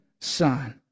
son